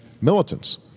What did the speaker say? militants